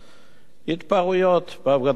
"התפרעויות בהפגנות השבת".